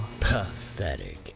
Pathetic